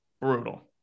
Brutal